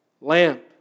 lamp